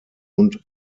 und